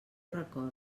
recordo